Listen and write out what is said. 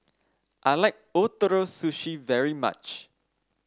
I like Ootoro Sushi very much